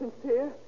sincere